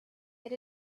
had